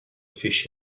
fish